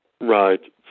Right